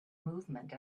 movement